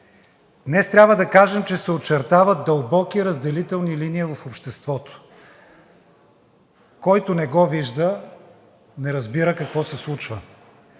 Днес трябва да кажем, че се очертават дълбоки разделителни линии в обществото. Който не го вижда, не разбира какво се случва.